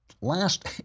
Last